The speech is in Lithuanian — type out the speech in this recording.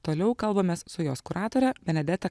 toliau kalbamės su jos kuratore benadeta